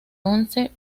once